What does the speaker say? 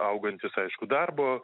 augantis aišku darbo